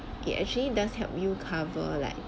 it actually does help you cover like